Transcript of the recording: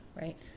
right